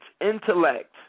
intellect